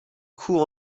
coup